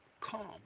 calm